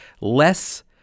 less